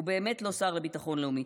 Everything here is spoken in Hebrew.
הוא באמת לא שר לביטחון לאומי.